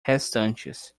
restantes